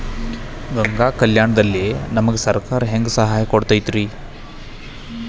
ಗಂಗಾ ಕಲ್ಯಾಣ ದಲ್ಲಿ ನಮಗೆ ಸರಕಾರ ಹೆಂಗ್ ಸಹಾಯ ಕೊಡುತೈತ್ರಿ?